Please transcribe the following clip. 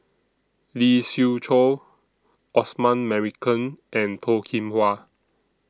Lee Siew Choh Osman Merican and Toh Kim Hwa